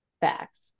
Facts